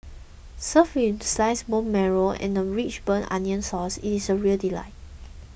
served with sliced bone marrow and a rich burnt onion sauce it is a real delight